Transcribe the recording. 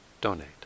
donate